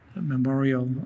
memorial